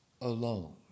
alone